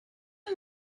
you